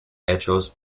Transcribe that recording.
hechos